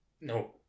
No